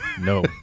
No